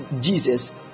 Jesus